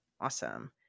Awesome